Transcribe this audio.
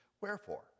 Wherefore